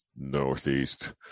northeast